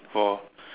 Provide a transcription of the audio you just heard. for